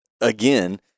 again